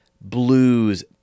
blues